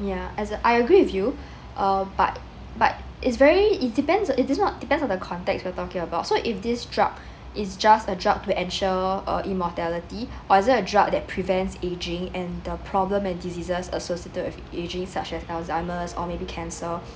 ya as err I agree with you uh but but it's very it's depends on this one it depends on the context we're talking about so if this drug is just a drug to ensure uh immortality or is it a drug that prevents aging and the problem and diseases associated with aging such as alzheimer's or maybe cancer